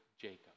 Jacob